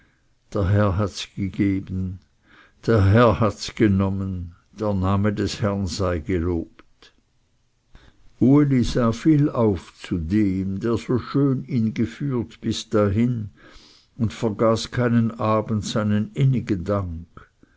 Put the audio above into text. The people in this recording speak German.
der herr hats gegeben der herr hats genommen der name des herrn sei gelobt uli sah viel auf zu dem der so schön ihn geführt bis dahin und vergaß keinen abend seinen innigen dank